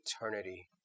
eternity